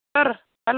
sir